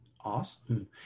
Awesome